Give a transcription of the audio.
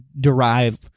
derive